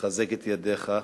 מחזק את ידיך.